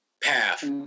path